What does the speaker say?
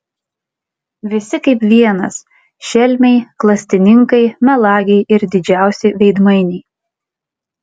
visi kaip vienas šelmiai klastininkai melagiai ir didžiausi veidmainiai